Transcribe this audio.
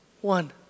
One